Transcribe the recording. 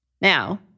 Now